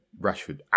Rashford